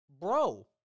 bro